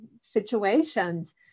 situations